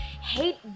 hate